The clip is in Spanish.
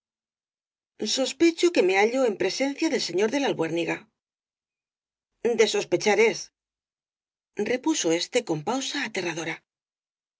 sospecho que me hallo en presencia del señor de la albuérniga de sospechar es repuso éste con pausa aterradora